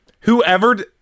whoever